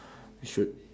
we should